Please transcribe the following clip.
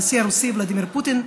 הנשיא הרוסי ולדימיר פוטין,